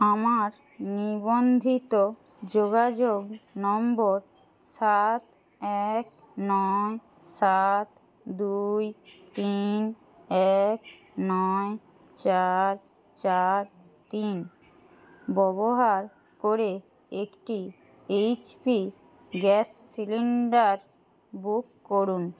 আমার নিবন্ধিত যোগাযোগ নম্বর সাত এক নয় সাত দুই তিন এক নয় চার চার তিন ব্যবহার করে একটি H P gas cylinder book করুন